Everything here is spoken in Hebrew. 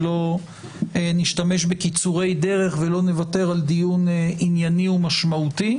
לא נשתמש בקיצורי דרך ולא נוותר על דיון ענייני ומשמעותי,